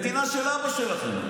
מדינה של אבא שלכם,